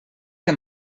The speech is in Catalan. que